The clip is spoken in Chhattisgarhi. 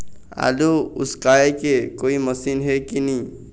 आलू उसकाय के कोई मशीन हे कि नी?